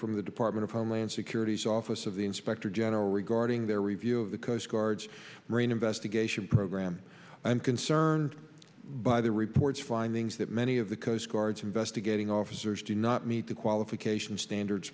from the department of homeland security's office of the inspector general regarding their review of the coast guard's marine investigation program i'm concerned by the report's findings that many of the coastguards investigating officers do not meet the qualifications standards